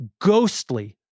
ghostly